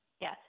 Yes